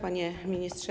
Panie Ministrze!